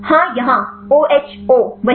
हाँ यहाँ ओएचओ वही